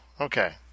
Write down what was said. Okay